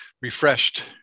refreshed